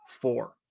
four